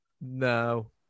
No